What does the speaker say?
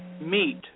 meet